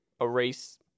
erase